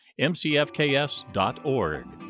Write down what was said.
mcfks.org